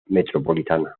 metropolitana